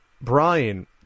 Brian